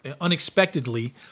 unexpectedly